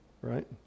right